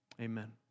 amen